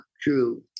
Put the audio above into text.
true